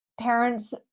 parents